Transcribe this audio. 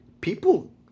people